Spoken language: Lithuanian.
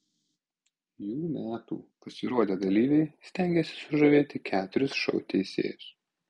jų metų pasirodę dalyviai stengėsi sužavėti keturis šou teisėjus